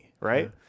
right